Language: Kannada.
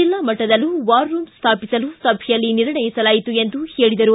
ಜಿಲ್ಲಾ ಮಟ್ಟದಲ್ಲೂ ವಾರ್ ರೂಮ್ ಸ್ಟಾಪಿಸಲು ಸಭೆಯಲ್ಲಿ ನಿರ್ಣಯಿಸಲಾಯಿತು ಎಂದು ಹೇಳಿದರು